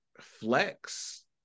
flex